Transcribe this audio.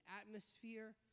atmosphere